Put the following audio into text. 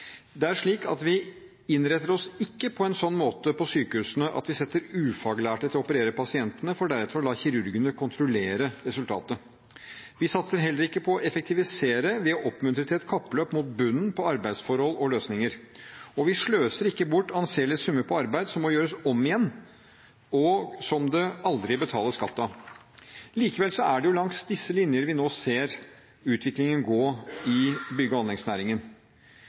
vi oss ikke på en slik måte at vi setter ufaglærte til å operere pasientene for deretter å la kirurgene kontrollere resultatet. Vi satser heller ikke på å effektivisere ved å oppmuntre til et kappløp mot bunnen på arbeidsforhold og løsninger. Og vi sløser ikke bort anselige summer på arbeid som må gjøres om igjen, og som det aldri betales skatt av. Likevel er det langs disse linjer vi nå ser utviklingen gå i bygg- og anleggsnæringen.